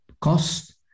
cost